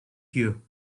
you